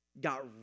got